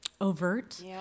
overt